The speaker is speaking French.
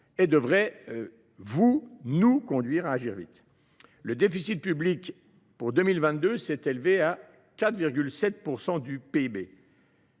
et devrait nous conduire à agir vite. Le déficit public pour 2022 s’est élevé à 4,7 % du PIB.